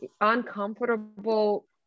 uncomfortable